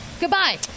goodbye